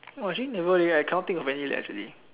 oh actually never leh I cannot think of any actually